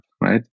right